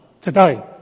today